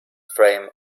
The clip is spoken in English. frame